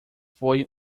foi